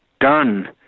done